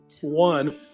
one